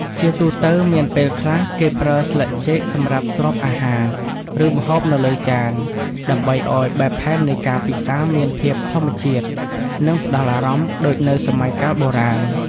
ជាទូទៅមានពេលខ្លះគេប្រើស្លឹកចេកសម្រាប់ទ្រាប់អាហារ ឬម្ហូបនៅលើចាន ដើម្បីអោយបែបផែននៃការពិសារមានភាពធម្មជាតិ និងផ្តល់អារម្មណ៍ដូចនៅសម័យកាលបុរាណ។